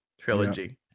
trilogy